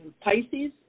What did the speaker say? Pisces